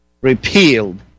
repealed